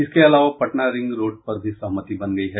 इसके अलावा Patna ring road पर भी सहमति बनी गयी है